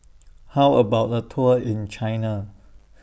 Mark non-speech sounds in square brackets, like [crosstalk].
[noise] How about A Tour in China